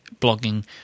blogging